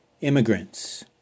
immigrants